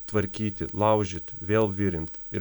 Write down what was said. tvarkyti laužyti vėl virint ir